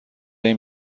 این